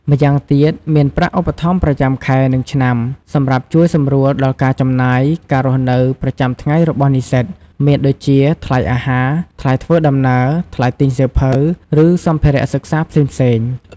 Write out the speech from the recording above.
ម្យ៉ាងទៀត មានប្រាក់ឧបត្ថម្ភប្រចាំខែ និងឆ្នាំ សម្រាប់ជួយសម្រួលដល់ការចំណាយការរស់នៅប្រចាំថ្ងៃរបស់និស្សិត មានដូចជាថ្លៃអាហារ ថ្លៃធ្វើដំណើរ ថ្លៃទិញសៀវភៅ ឬសម្ភារៈសិក្សាផ្សេងៗ។